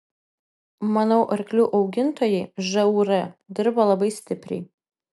manau arklių augintojai žūr dirba labai stipriai